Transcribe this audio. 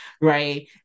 right